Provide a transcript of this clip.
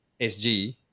SG